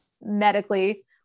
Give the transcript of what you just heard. medically